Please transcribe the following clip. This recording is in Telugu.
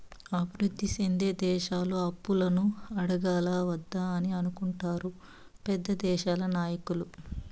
అభివృద్ధి సెందే దేశాలు అప్పులను అడగాలా వద్దా అని అనుకుంటారు పెద్ద దేశాల నాయకులు